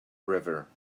river